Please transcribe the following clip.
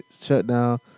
shutdown